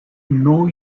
know